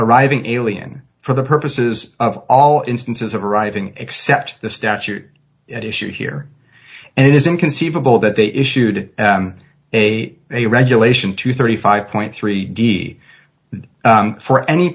arriving alien for the purposes of all instances of arriving except the statute issue here and it is inconceivable that they issued a new regulation to thirty five point three d for any